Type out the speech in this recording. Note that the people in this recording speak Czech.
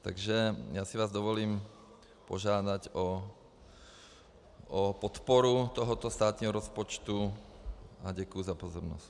Takže já si vás dovolím požádat o podporu tohoto státního rozpočtu a děkuji za pozornost.